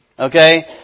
Okay